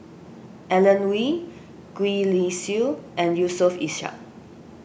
Alan Oei Gwee Li Sui and Yusof Ishak